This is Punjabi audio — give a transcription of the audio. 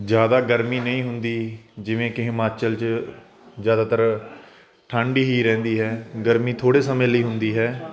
ਜਿਆਦਾ ਗਰਮੀ ਨਹੀਂ ਹੁੰਦੀ ਜਿਵੇਂ ਕਿ ਹਿਮਾਚਲ 'ਚ ਜਿਆਦਾਤਰ ਠੰਡ ਹੀ ਰਹਿੰਦੀ ਹੈ ਗਰਮੀ ਥੋੜੇ ਸਮੇਂ ਲਈ ਹੁੰਦੀ ਹੈ